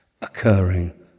occurring